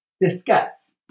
Discuss